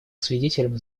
свидетелем